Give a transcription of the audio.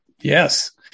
Yes